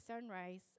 sunrise